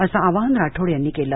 असं आवाहन राठोड यांनी केलं